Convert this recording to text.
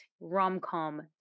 rom-com